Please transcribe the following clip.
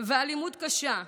ואלימות קשה,